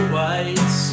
White